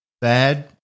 bad